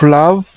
love